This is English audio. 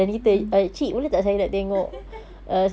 mmhmm